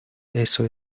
eso